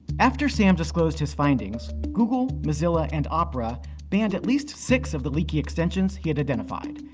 after sam disclosed his findings, google, mozilla, and opera banned at least six of the leaky extensions he had identified,